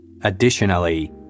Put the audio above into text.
Additionally